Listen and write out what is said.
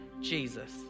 Jesus